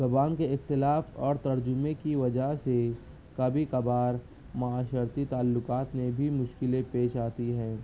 زبان کے اختلاط اور ترجمے کی وجہ سے کبھی کبھار معاشرتی تعلقات میں بھی مشکلیں پیش آتی ہیں